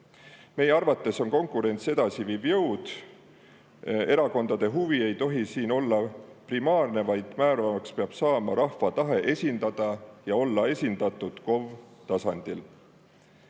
Meie arvates on konkurents edasiviiv jõud. Erakondade huvi ei tohi siin olla primaarne, vaid määravaks peab saama rahva tahe esindada KOV-tasandit, olla seal